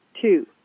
Two